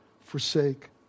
forsake